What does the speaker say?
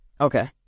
okay